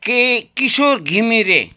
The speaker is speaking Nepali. के किशोर घिमिरे